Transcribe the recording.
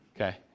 okay